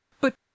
But